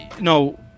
no